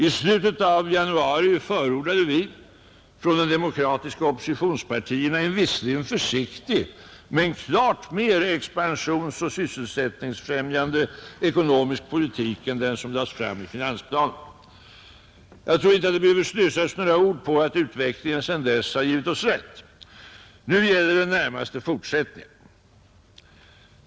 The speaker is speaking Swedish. I slutet av januari förordade vi från de demokratiska oppositionspartierna en visserligen försiktig men klart mera expansionsoch sysselsättningsfrämjande ekonomisk politik än den som lades fram i finansplanen. Jag tror inte det behöver slösas några ord på att utvecklingen sedan dess har givit oss rätt. Nu gäller det närmast fortsättningen.